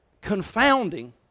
confounding